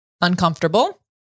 uncomfortable